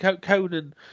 Conan